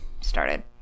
started